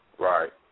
Right